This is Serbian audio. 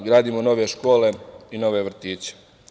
Gradimo nove škole i nove vrtiće.